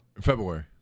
February